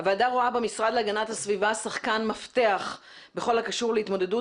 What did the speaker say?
הוועדה רואה במשרד להגנת הסביבה שחקן מפתח בכל הקשור להתמודדות